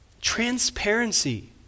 transparency